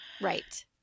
right